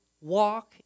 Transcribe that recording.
walk